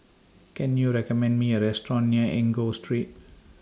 Can YOU recommend Me A Restaurant near Enggor Street